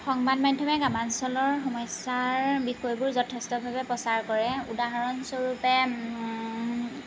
সংবাদ মাধ্যমে গ্ৰামাঞ্চলৰ সমস্যাৰ বিষয়বোৰ যথেষ্টভাৱে প্ৰচাৰ কৰে উদাহৰণস্বৰূপে